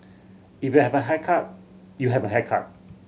if you have a haircut you have a haircut